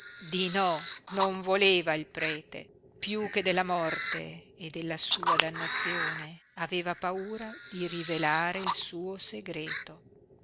di no non voleva il prete piú che della morte e della sua dannazione aveva paura di rivelare il suo segreto